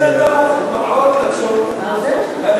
חסר לנו מרעה לצאן בנגב.